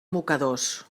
mocadors